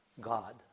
God